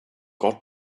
got